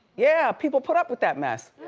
yeah, people put up with that mess.